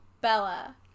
Bella